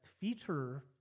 feature